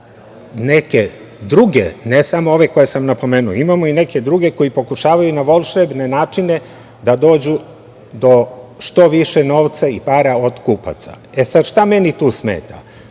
neke druge, ne samo ove koje sam napomenuo, koji pokušavaju na volšebne načine da dođu do što više novca i para od kupaca. Šta meni tu smeta?